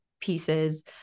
pieces